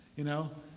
you know?